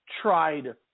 tried